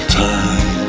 time